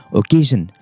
occasion